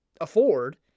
afford